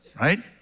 right